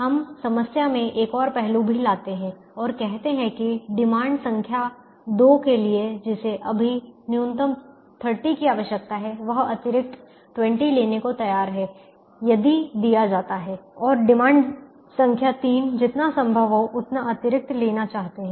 हम समस्या में एक और पहलू भी लाते हैं और कहते हैं कि डिमांड संख्या 2 के लिए जिसे अभी न्यूनतम 30 की आवश्यकता है वह अतिरिक्त 20 लेने को तैयार है यदि दिया जाता है और डिमांड संख्या 3 जितना संभव हो उतना अतिरिक्त लेना चाहते हैं